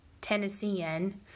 Tennessean